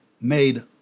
made